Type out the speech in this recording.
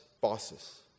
bosses